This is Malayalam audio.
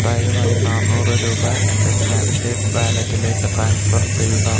ദയവായി നാനൂറ് രൂപ എൻ്റെ സ്നാപ്സീഡ് വാലറ്റിലേക്ക് ട്രാൻസ്ഫർ ചെയ്യുക